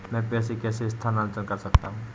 मैं पैसे कैसे स्थानांतरण कर सकता हूँ?